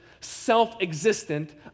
self-existent